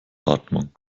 atmung